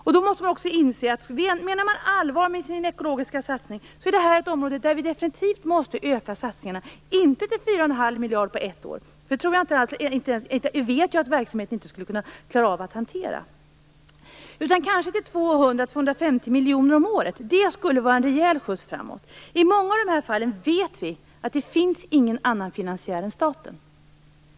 Menar man allvar med sin ekologiska satsning måste man också inse att anslagen till det här området definitivt måste höjas - inte till fyra och en halv miljard på ett år, för det vet jag att verksamheten inte klarar av, men kanske till 200-250 miljoner om året. Det skulle vara en rejäl skjuts framåt. I många av de här fallen vet vi att det inte finns någon annan finansiär än staten.